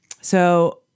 So-